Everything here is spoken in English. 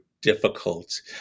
difficult